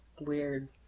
Weird